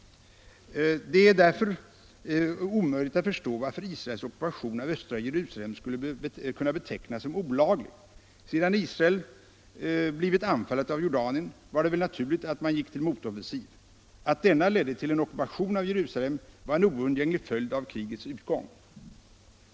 Det är därför omöjligt att förstå varför Israels ockupation av östra Jerusalem skulle kunna betecknas som olaglig. Sedan Israel blivit anfallet av Jordanien var det väl naturligt att man gick till motoffensiv. Att denna ledde till en ockupation av Jerusalem var en oundgänglig följd av krigets utgång.